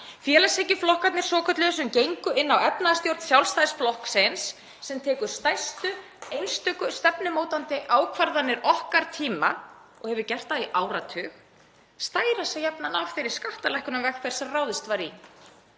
Félagshyggjuflokkarnir svokölluðu, sem gengu inn á efnahagsstjórn Sjálfstæðisflokksins sem tekur stærstu, einstöku stefnumótandi ákvarðanir okkar tíma og hefur gert það í áratug, stæra sig jafnan af þeirri skattalækkunarvegferð sem ráðist var í.